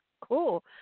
cool